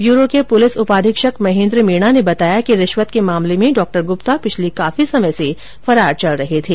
bureau के police उपाधीक्षक महेंद्र मीणा ने बताया कि रिश्वत के मामले में डॉ गुप्ता पिछले काफी समय से फरार चल रहे थे